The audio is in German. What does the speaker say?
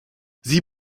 sie